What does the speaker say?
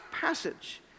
passage